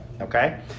Okay